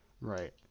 Right